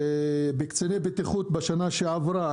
קציני בטיחות בשנה שעברה,